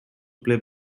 play